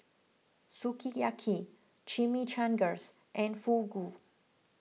Sukiyaki Chimichangas and Fugu